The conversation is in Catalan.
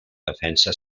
defensa